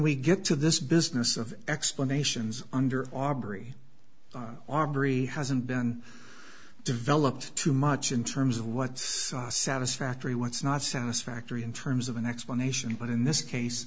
we get to this business of explanations under our barry aubrey hasn't been developed too much in terms of what's satisfactory what's not satisfactory in terms of an explanation but in this case